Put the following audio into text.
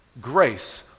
grace